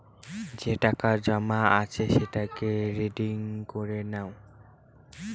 যে টাকা জমা আছে সেটাকে রিডিম করে নাও